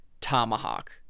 tomahawk